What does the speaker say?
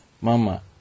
mama